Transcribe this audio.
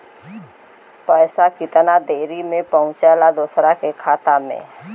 पैसा कितना देरी मे पहुंचयला दोसरा के खाता मे?